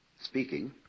speaking